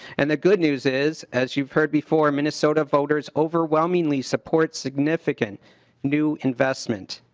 and the good news is as you've heard before minnesota voters overwhelmingly support significant new investment.